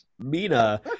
mina